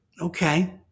Okay